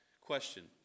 Question